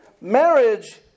marriage